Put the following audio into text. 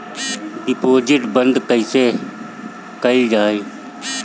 Deposit बंद कैसे कैल जाइ?